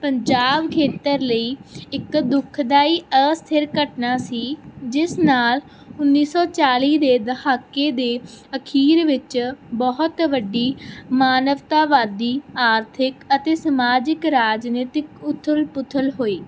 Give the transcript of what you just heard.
ਪੰਜਾਬ ਖੇਤਰ ਲਈ ਇੱਕ ਦੁੱਖਦਾਈ ਅਸਥਿਰ ਘਟਨਾ ਸੀ ਜਿਸ ਨਾਲ ਉੱਨੀ ਸੌ ਚਾਲੀ ਦੇ ਦਹਾਕੇ ਦੇ ਅਖੀਰ ਵਿੱਚ ਬਹੁਤ ਵੱਡੀ ਮਾਨਵਤਾਵਾਦੀ ਆਰਥਿਕ ਅਤੇ ਸਮਾਜਿਕ ਰਾਜਨੀਤਿਕ ਉਥਲ ਪੁਥਲ ਹੋਈ